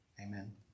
Amen